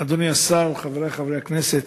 אדוני השר, חברי חברי הכנסת,